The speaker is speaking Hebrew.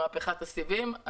מהפכת הסיבים.